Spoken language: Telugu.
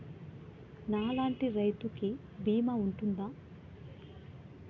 నా లాంటి రైతు కి బీమా ఉంటుందా?